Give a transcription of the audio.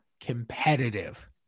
competitive